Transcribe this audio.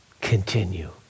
continue